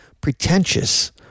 pretentious